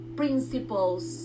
principles